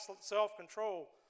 self-control